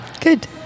Good